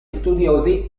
studiosi